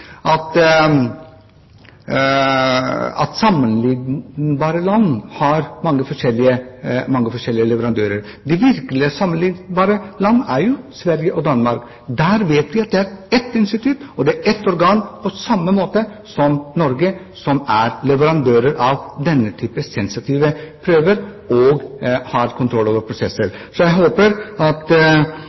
at sammenlignbare land har mange forskjellige leverandører. De virkelig sammenlignbare landene er jo Sverige og Danmark. Der vet vi at det er ett institutt, og det er ett organ, på samme måte som i Norge, som er leverandør av denne typen sensitive prøver og har kontroll over prosesser. Så jeg håper at